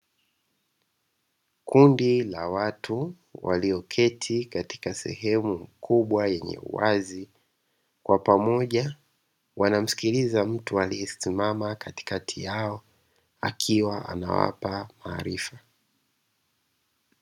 Kundi la watu walioketi katika sehemu kubwa yenye uwazi, kwa pamoja wanamsikiliza mtu aliyesimama katikati yao akiwa anawapa maarifa.